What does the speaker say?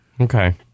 Okay